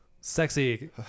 sexy